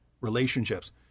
relationships